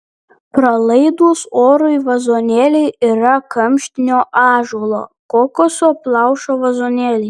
pralaidūs orui vazonėliai yra kamštinio ąžuolo kokoso plaušo vazonėliai